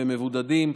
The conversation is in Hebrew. במבודדים,